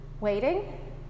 waiting